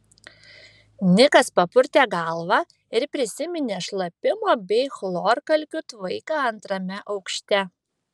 nikas papurtė galvą ir prisiminė šlapimo bei chlorkalkių tvaiką antrame aukšte